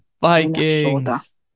Vikings